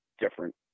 different